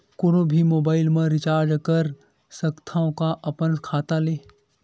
कोनो भी मोबाइल मा रिचार्ज कर सकथव का अपन खाता ले?